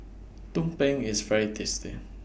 Tumpeng IS very tasty